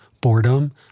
boredom